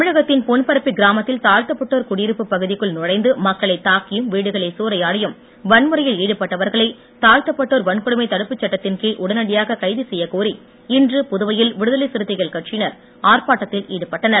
தமிழகத்தின் பொன்பரப்பி கிராமத்தில் தாழ்த்தப்பட்டோர் குடியிருப்பு பகுதிக்குள் நுழைந்து மக்களைத் தாக்கியும் வீடுகளை சூறையாடியும் வன்முறையில் ஈடுபட்டவர்களை தாழ்த்தப்பட்டோர் வன்கொடுமை தடுப்புச் சட்டத்தின் கீழ் உடனடியாக கைது செய்யக் கோரி இன்று புதுவையில் விடுதலை சிறுத்தைகள் கட்சியினர் ஆர்ப்பாட்டத்தில் ஈடுபட்டனர்